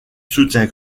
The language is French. soutien